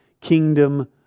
kingdom